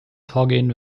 vorgehen